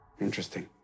Interesting